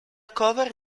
cover